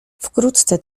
wkrótce